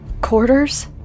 Quarters